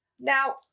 Now